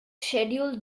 scheduled